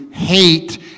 hate